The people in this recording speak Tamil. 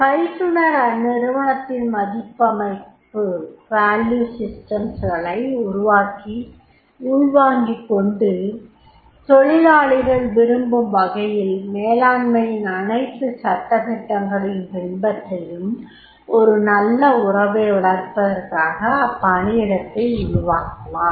பயிற்றுனர் அந்நிறுவனத்தின் மதிப்பமைப்பு களை உள்வாங்கிகொண்டு தொழிலாளிகள் விரும்பும் வகையில் மேலாண்மையின் அனைத்து சட்ட திட்டங்களையும் பின்பற்றியும் ஒரு நல்ல உறவை வளர்ப்பதாக அப்பணியிடத்தை உருவாக்குவார்